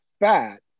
fat